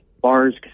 bars